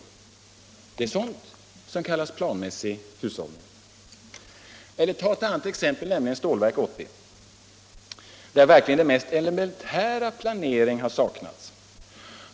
Det är sådant som kallas planmässig hushållning! Eller ta ett annat exempel, nämligen Stålverk 80, där verkligen den mest elementära planering har saknats!